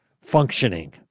functioning